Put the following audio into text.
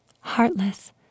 heartless